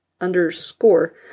underscore